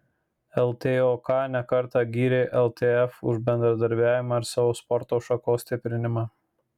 ltok ne kartą gyrė ltf už bendradarbiavimą ir savo sporto šakos stiprinimą